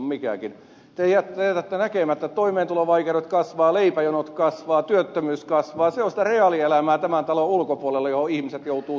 te jätätte näkemättä että toimeentulovaikeudet kasvavat leipäjonot kasvavat työttömyys kasvaa se on sitä reaalielämää tämän talon ulkopuolella johon ihmiset joutuvat sopeutumaan